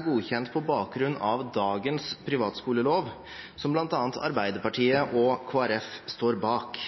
godkjent på bakgrunn av dagens privatskolelov, som bl.a. Arbeiderpartiet og Kristelig Folkeparti står bak.